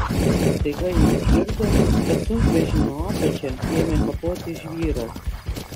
staiga ji išgirdo kad sunkvežimio apačią ėmė kapoti žvyras